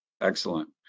Excellent